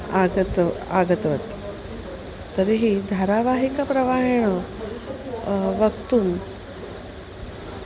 आगता आगतवती तर्हि धारावाहिकप्रवाहेण वक्तुं